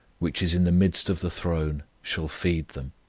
which is in the midst of the throne, shall feed them,